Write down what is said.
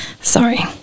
Sorry